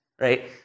right